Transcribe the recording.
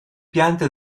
piante